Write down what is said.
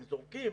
הם זורקים,